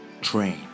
Train